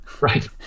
Right